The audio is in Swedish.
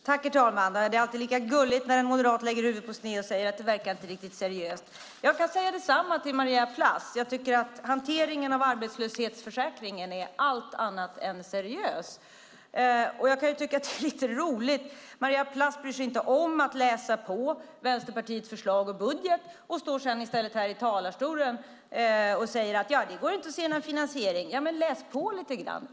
Herr talman! Det är alltid lika gulligt när en moderat lägger huvudet på sned och säger att det inte verkar riktigt seriöst. Jag kan säga detsamma till Maria Plass. Hanteringen av arbetslöshetsförsäkringen är allt annat än seriös. Det kan tyckas lite roligt att Maria Plass inte bryr sig om att läsa på Vänsterpartiets förslag till budget och i stället står i talarstolen och säger att det inte går att se någon finansiering i förslaget. Men läs på lite grann!